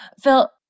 Phil